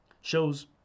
shows